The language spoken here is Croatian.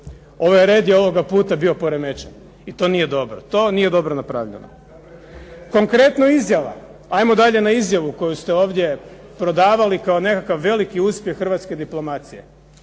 Ovaj red je ovoga puta bio poremećen. I to nije dobro, to nije dobro napravljeno. Konkretno izjava, 'ajmo izjava koju se ovdje prodavali kao nekakav veliki uspjeh hrvatske diplomacije.